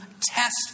test